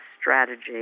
strategy